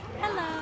Hello